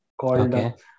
called